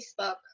Facebook